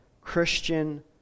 Christian